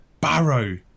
Barrow